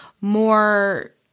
more